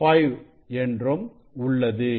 5 என்றும் உள்ளது